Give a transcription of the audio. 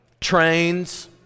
trains